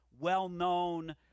well-known